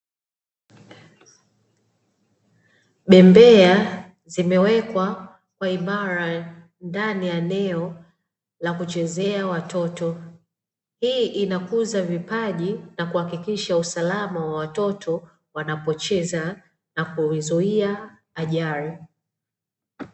Bembea zimewekwa kwa imara ndani ya eneo la kuchezea watoto, hii inakuza vipaji na kuhakikisha usalama wa watoto wanapocheza na kuizuia ajali.